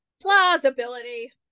Plausibility